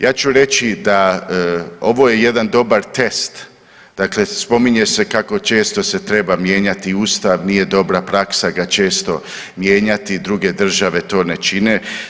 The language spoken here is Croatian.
Ja ću reći da ovo je jedan dobar test, dakle spominje se kako često se treba mijenjati ustav, nije dobra praksa ga često mijenjati, druge države to ne čine.